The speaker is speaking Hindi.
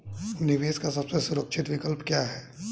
निवेश का सबसे सुरक्षित विकल्प क्या है?